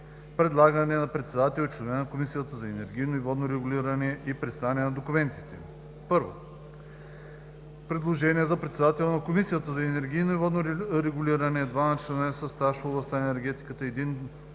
Предлагане на председател и членове на Комисията за енергийно и водно регулиране и представяне на документите им. 1. Предложения за председател на Комисията за енергийно и водно регулиране, двама членове със стаж в областта на енергетиката,